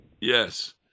Yes